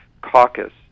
Caucus